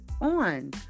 on